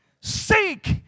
Seek